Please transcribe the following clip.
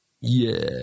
Yeah